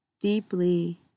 deeply